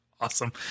Awesome